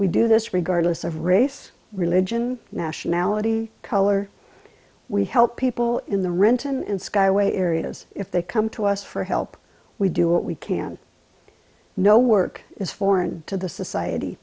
we do this regardless of race religion nationality color we help people in the renton in skyway areas if they come to us for help we do what we can know work is foreign to the society